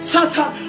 Satan